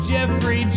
Jeffrey